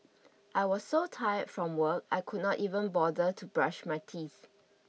I was so tired from work I could not even bother to brush my teeth